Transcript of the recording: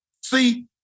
See